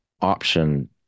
option